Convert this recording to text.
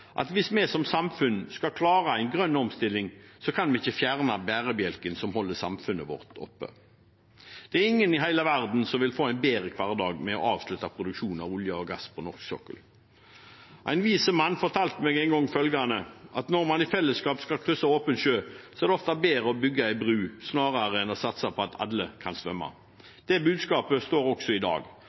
grønn omstilling, kan vi ikke fjerne bærebjelken som holder samfunnet vårt oppe. Det er ingen i hele verden som vil få en bedre hverdag med å avslutte produksjonen av olje og gass på norsk sokkel. En vis mann fortalte meg en gang følgende: Når man i fellesskap skal krysse åpen sjø, er det ofte bedre å bygge en bru snarere enn å satse på at alle kan svømme. Det budskapet står også i dag: